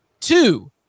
two